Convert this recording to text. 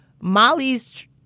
Molly's